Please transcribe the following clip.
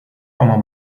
como